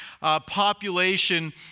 population